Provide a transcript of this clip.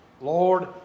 Lord